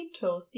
toasty